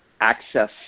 access